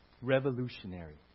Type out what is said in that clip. revolutionary